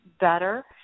better